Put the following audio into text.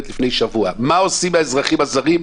שהתכנסה לפני שבוע: מה עושים עם האזרחים הזרים.